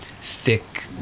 thick